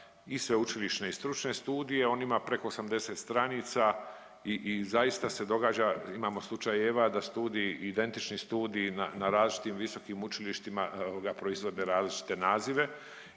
i sveučilišne i stručne studije, on ima preko 80 stranica i, i zaista se događa, imamo slučajeva da studij, identični studij na, na različitim visokim učilištima ovoga proizvode različite nazive